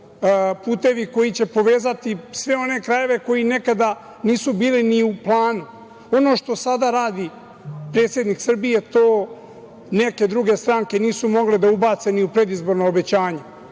putevi koji će povezati sve one krajeve koji nekada nisu bili ni u planu. Ono što sada radi predsednik Srbije, to neke druge stranke nisu mogle da ubace ni u predizborna obećanja,